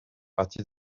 partie